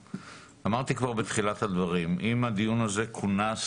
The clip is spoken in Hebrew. אמרתי כבר בתחילת הדברים: אם הדיון הזה כונס